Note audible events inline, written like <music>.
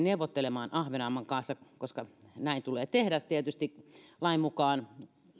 <unintelligible> neuvottelemaan ahvenanmaan kanssa koska näin tulee tietysti lain mukaan tehdä